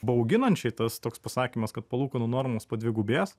bauginančiai tas toks pasakymas kad palūkanų normos padvigubės